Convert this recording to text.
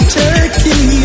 turkey